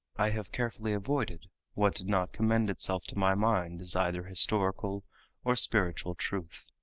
i have carefully avoided what did not commend itself to my mind as either historical or spiritual truth.